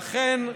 ואכן,